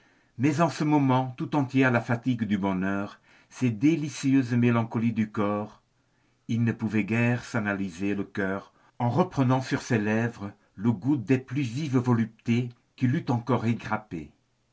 mais en ce moment tout entier à la fatigue du bonheur cette délicieuse mélancolie du corps il ne pouvait guère s'analyser le cœur en reprenant sur ses lèvres le goût des plus vives voluptés qu'il eût encore égrappées